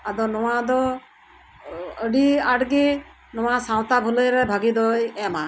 ᱟᱫᱚ ᱱᱚᱣᱟ ᱫᱚ ᱟᱹᱰᱤ ᱟᱸᱴ ᱜᱮ ᱱᱚᱣᱟ ᱥᱟᱶᱛᱟ ᱵᱷᱟᱹᱞᱟᱹᱭ ᱨᱮ ᱵᱷᱟᱹᱜᱤ ᱫᱚᱭ ᱮᱢᱟ